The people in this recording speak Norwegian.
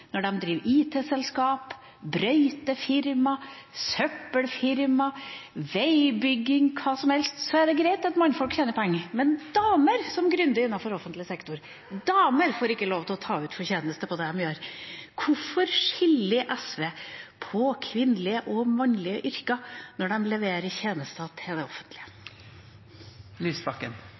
når de driver IT-selskap, brøytefirmaer, søppelfirmaer, driver med veibygging, hva som helst, er det greit at mannfolk tjener penger – mens damer som «gründer» innenfor offentlig sektor, ikke får lov til å ta ut fortjeneste på det de gjør? Hvorfor skiller SV mellom kvinnelige og mannlige yrker når de leverer tjenester til det offentlige?